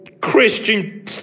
Christian